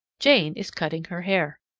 jane is cutting her hair.